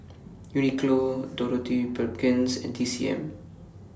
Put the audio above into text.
Uniqlo Dorothy Perkins and T C M